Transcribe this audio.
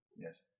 Yes